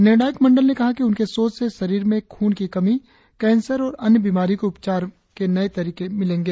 निर्णायक मंडल ने कहा कि उनके शोध से शरीर में खून की कमी कैंसर और अन्य बीमारियों के उपचार के नए तरीके मिलेंगे